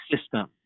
system